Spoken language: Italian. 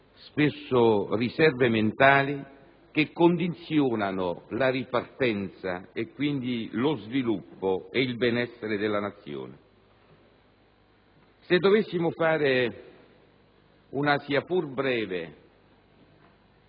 spesso mentali, che condizionano la ripartenza e quindi lo sviluppo e il benessere della Nazione. Se dovessimo fare una sia pur breve